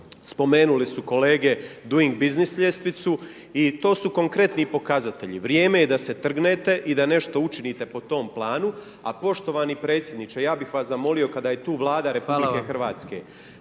Spomenule su kolege doing business ljestvicu i to su konkretni pokazatelji. Vrijeme je da se trgnete i da nešto učinite po tom planu. A poštovani predsjedniče, ja bih vas zamolio kada je tu Vlada RH, nama kao